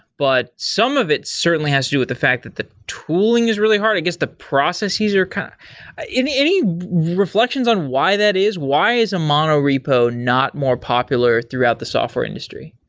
but some of it certainly has to do with the fact that the tooling is really hard. i guess, the processes are kind of any any reflections on why that is? why is a mono repo not more popular throughout the software industry?